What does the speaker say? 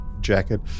jacket